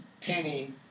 Penny